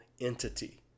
entity